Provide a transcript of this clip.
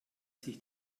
sich